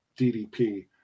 ddp